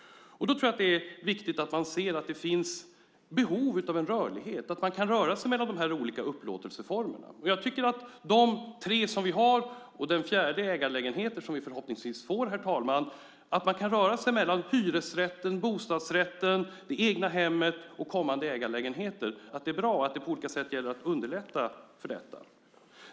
Jag tror att det är viktigt att se att det finns behov av rörlighet, alltså att man ska kunna röra sig mellan de tre olika upplåtelseformer som vi nu har, och den fjärde, ägarlägenheter, som vi förhoppningsvis får. Det är bra att kunna röra sig mellan hyresrätt, bostadsrätt, egnahem och kommande ägarlägenhet, och det gäller därför att på olika sätt underlätta för detta.